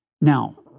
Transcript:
Now